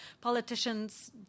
politicians